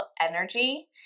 energy